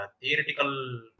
theoretical